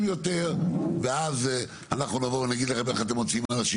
יותר ואז אנחנו נבוא ונגיד לכם איך אתם מוציאים אנשים